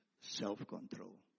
Self-control